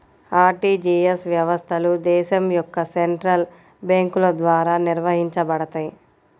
RTGS వ్యవస్థలు దేశం యొక్క సెంట్రల్ బ్యేంకుల ద్వారా నిర్వహించబడతయ్